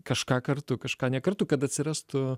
kažką kartu kažką ne kartu kad atsirastų